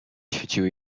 świeciły